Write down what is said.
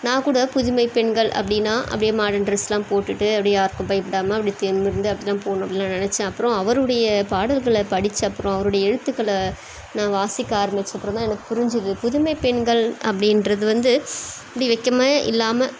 நான் கூட புதுமைப்பெண்கள் அப்படின்னா அப்டி மாடர்ன் ட்ரெஸெலாம் போட்டுகிட்டு அப்டி யாருக்கும் பயப்படாமல் அப்டி நிமிர்ந்து அப்படிதான் போகணும் அப்படின்லாம் நினச்சேன் அப்புறோம் அவருடைய பாடல்கள படித்து அப்றம் அவருடைய எழுத்துக்களை நான் வாசிக்க ஆரம்பிச்ச அப்புறம் தான் எனக்கு புரிஞ்சிது புதுமைப்பெண்கள் அப்படின்றது வந்து இப்படி வெட்கமே இல்லாமல்